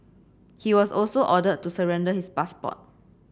he was also ordered to surrender his passport